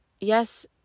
yes